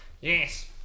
Yes